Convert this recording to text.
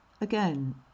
Again